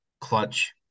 clutch